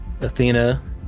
Athena